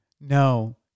No